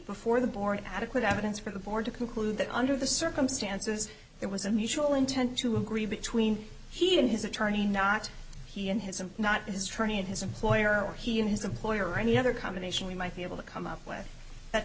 before the board adequate evidence for the board to conclude that under the circumstances it was a mutual intent to agree between he and his attorney not he and his and not is trainee of his employer or he and his employer or any other combination we might be able to come up with that